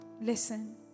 listen